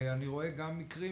אני רואה גם מקרים